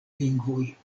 lingvoj